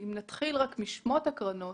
נתחיל רק משמות הקרנות.